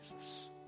Jesus